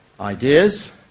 Ideas